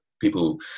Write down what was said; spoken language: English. people